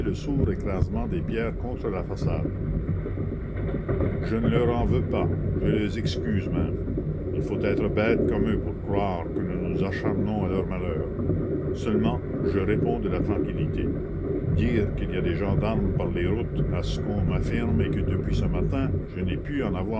sourd écrasement des pierres contre la façade je ne leur en veux pas je les excuse même il faut être bêtes comme eux pour croire que nous nous acharnons à leur malheur seulement je réponds de la tranquillité dire qu'il y a des gendarmes par les routes à ce qu'on m'affirme et que depuis ce matin je n'ai pu en